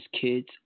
kids